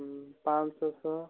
ପାଞ୍ଚ ଶହ